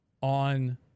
on